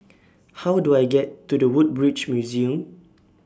How Do I get to The Woodbridge Museum